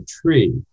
tree